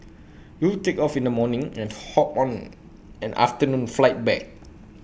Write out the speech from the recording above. you'll take off in the morning and hop on an afternoon flight back